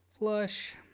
Flush